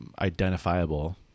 identifiable